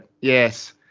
Yes